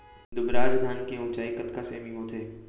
दुबराज धान के ऊँचाई कतका सेमी होथे?